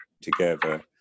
together